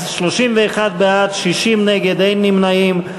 אז 31 בעד, 60 נגד, אין נמנעים.